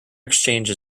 exchange